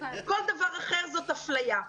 כל דבר אחר זאת אפליה.